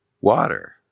water